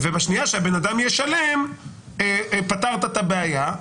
ובשנייה שהבן אדם ישלם, פתרת את הבעיה.